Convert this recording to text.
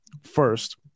first